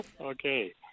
Okay